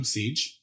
Siege